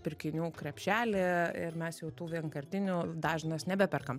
pirkinių krepšelį ir mes jau tų vienkartinių dažnas nebeperkam